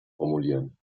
formulieren